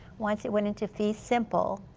once it went into fee simple,